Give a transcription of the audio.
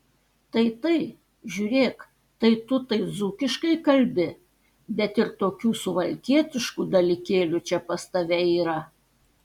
tai tai žiūrėk tai tu tai dzūkiškai kalbi bet ir tokių suvalkietiškų dalykėlių čia pas tave yra